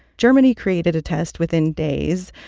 germany created a test within days.